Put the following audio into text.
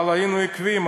אבל היינו עקביים.